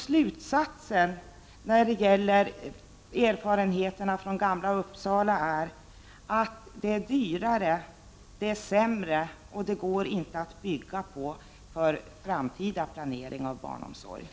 Slutsatsen av erfarenheterna från Gamla Uppsala är alltså att denna modell är dyrare, den är sämre och den går inte att bygga på för framtida planering av barnomsorgen.